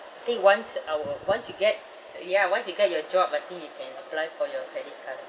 think once our once you get ya once you get your job I think you can apply for your credit card